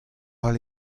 all